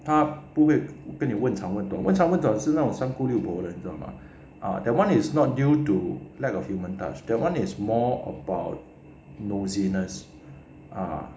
他不会跟你问长问短的问长问短是那种身不由人 that one is not due to lack of human touch that one is more about nosiness ah